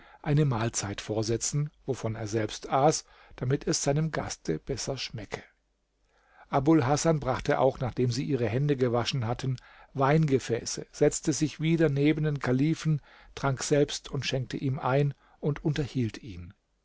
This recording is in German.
eine mahlzeit vorsetzen wovon er selbst aß damit es seinem gaste besser schmecke abul hasan brachte auch nachdem sie ihre hände gewaschen hatten weingefäße setzte sich wieder neben den kalifen trank selbst und schenkte ihm ein und unterhielt ihn